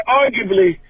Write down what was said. arguably